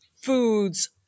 foods